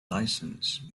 license